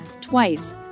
twice